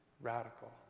radical